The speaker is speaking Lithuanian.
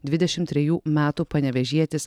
dvidešim trejų metų panevėžietis